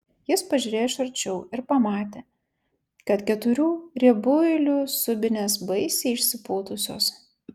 jis pažiūrėjo iš arčiau ir pamatė kad keturių riebuilių subinės baisiai išsipūtusios